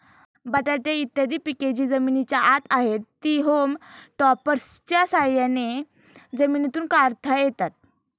बटाटे इत्यादी पिके जी जमिनीच्या आत आहेत, ती होम टॉपर्सच्या साह्याने जमिनीतून काढता येतात